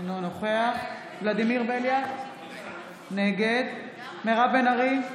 אינו נוכח ולדימיר בליאק, נגד מירב בן ארי,